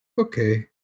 Okay